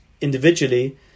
individually